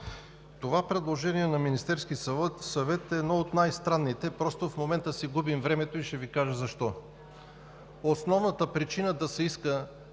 Това предложение на Министерския съвет е едно от най-странните. Просто в момента си губим времето и ще Ви кажа защо. Основната причина в мотивите